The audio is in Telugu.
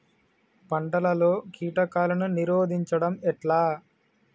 పంటలలో కీటకాలను నిరోధించడం ఎట్లా?